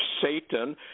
Satan